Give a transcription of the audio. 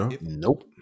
Nope